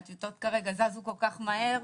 הטיוטות כרגע השתנו כל כך מהר,